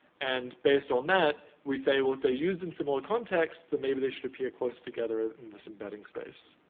and based on that, we say, well if they're used in similar contexts, then maybe they should appear close together in this embedding space.